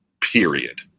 period